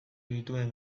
dituen